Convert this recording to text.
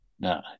No